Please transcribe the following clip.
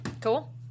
cool